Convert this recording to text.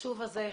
החשוב הזה.